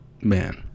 man